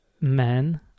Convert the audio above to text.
men